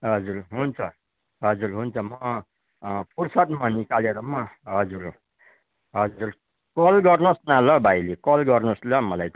हजुर हुन्छ हजुर हुन्छ म फुर्सद म निकालेर म हजुर हजुर कल गर्नु होस् न ल भाइले कल गर्नु होस् ल मलाई